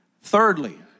Thirdly